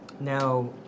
Now